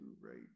right